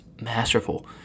masterful